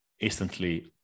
instantly